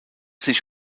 sich